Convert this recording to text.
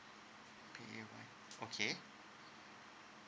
okay